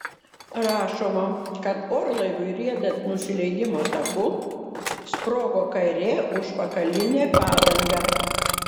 rašoma kad orlaiviui riedant nusileidimo taku sprogo kairė užpakalinė padanga